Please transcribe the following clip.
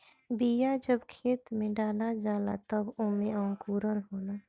बिया जब खेत में डला जाला तब ओमे अंकुरन होला